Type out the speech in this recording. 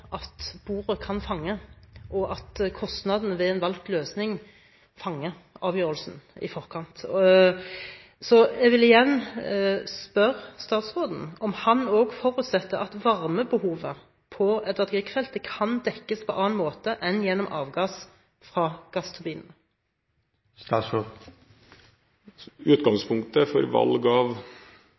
at bordet kan fange, og at kostnadene ved en valgt løsning fanger avgjørelsen i forkant. Så jeg vil igjen spørre statsråden om han også forutsetter at varmebehovet på Edvard Grieg-feltet kan dekkes på annen måte enn gjennom avgass fra gassturbinene. Utgangspunktet for valg av